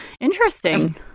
interesting